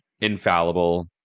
infallible